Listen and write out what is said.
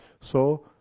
so,